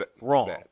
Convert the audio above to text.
Wrong